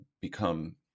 become